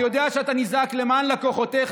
יודע שאתה נזעק למען לקוחותיך,